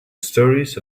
stories